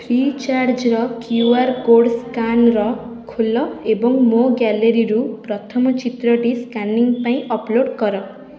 free ଚାର୍ଜ୍ର Q R code scanner ଖୋଲ ଏବଂ ମୋ ଗ୍ୟାଲେରୀରୁ ପ୍ରଥମ ଚିତ୍ରଟି ସ୍କାନିଂ ପାଇଁ ଅପ୍ଲୋଡ଼୍ କର